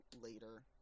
later